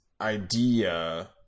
idea